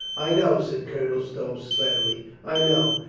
i know, said colonel stow sadly. i know.